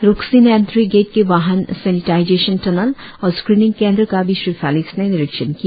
Ruksin entry gate के वाहन sanitisation tunnel और स्क्रीनिंग केंद्र का भी श्री फेलिक्स ने निरीक्षण किया